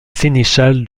sénéchal